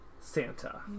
Santa